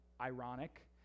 ironic